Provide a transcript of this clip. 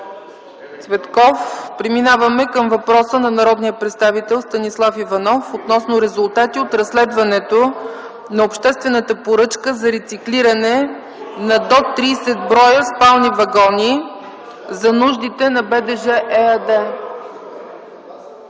Сега преминаваме към въпроса на народния представител Станислав Иванов относно резултати от разследването на обществената поръчка за рециклиране на до 30 броя спални вагони за нуждите на „БДЖ” ЕАД.